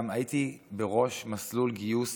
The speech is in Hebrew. גם הייתי בראש מסלול גיוס